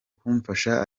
kumufasha